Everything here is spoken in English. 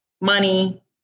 money